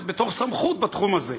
בתור סמכות בתחום הזה: